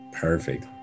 Perfect